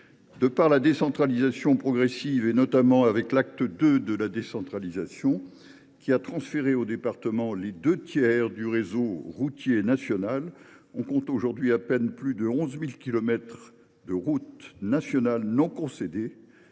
De par une évolution progressive, notamment l’acte II de la décentralisation, qui a transféré aux départements les deux tiers du réseau routier national, on compte désormais à peine plus de 11 000 kilomètres de routes nationales non concédées